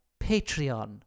Patreon